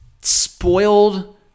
spoiled